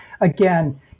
again